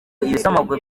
ibisamagwe